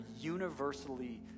universally